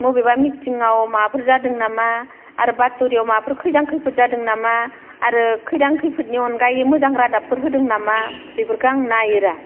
मबेबा मिटिंआव माबाफोर जादों नामा आरो बात'रियाव माबाफोर खैदां खैफोद जादों नामा आरो खैदां खैफोदनि अनगायै मोजां रादाबफोर होदों नामा बेफोरखो आं नायोरा